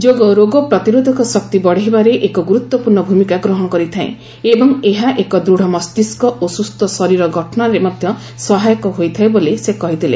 ଯୋଗ ରୋଗ ପ୍ରତିରୋଧକ ଶକ୍ତି ବଢ଼ାଇବାରେ ଏକ ଗୁରୁତ୍ୱପୂର୍ଣ୍ଣ ଭୂମିକା ଗ୍ରହଣ କରିଥାଏ ଏବଂ ଏହା ଏକ ଦୃଢ଼ ମସ୍ତିଷ୍କ ଓ ସୁସ୍ଥ ଶରୀର ଗଠନରେ ମଧ୍ୟ ସହାୟକ ହୋଇଥାଏ ବୋଲି ସେ କହିଥିଲେ